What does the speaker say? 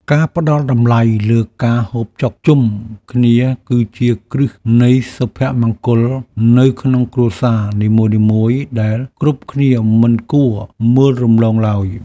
ការផ្ដល់តម្លៃលើការហូបចុកជុំគ្នាគឺជាគ្រឹះនៃសុភមង្គលនៅក្នុងគ្រួសារនីមួយៗដែលគ្រប់គ្នាមិនគួរមើលរំលងឡើយ។